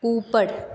ऊपर